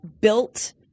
built